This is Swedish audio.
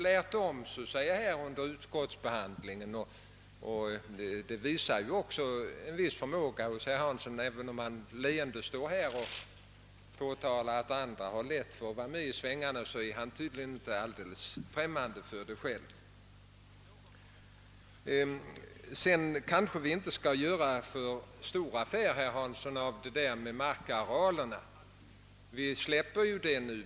lärt om — säger han — under utskottsbehandlingen, vilket visar en viss förmåga också hos honom att hänga med i svängarna, som han leende står i talarstolen och påtalar hos andra. Vi kanske inte skall göra för stor affär av frågan om markarealerna, herr Hansson, utan vi släpper den nu.